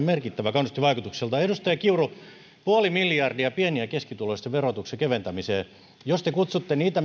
merkittävä kannustinvaikutuksiltaan edustaja kiuru puoli miljardia pieni ja keskituloisten verotuksen keventämiseen jos te kutsutte niitä